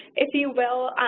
if you will.